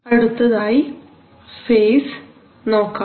അടുത്തതായി ഫേസ് നോക്കാം